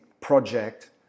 project